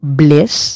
bliss